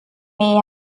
may